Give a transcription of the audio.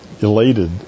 elated